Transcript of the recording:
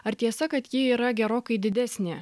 ar tiesa kad ji yra gerokai didesnė